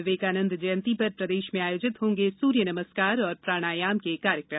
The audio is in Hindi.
विवेकानंद जयंती पर प्रदेश में आयोजित होंगे सूर्य नमस्कार और प्राणायाम के कार्यक्रम